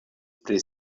pri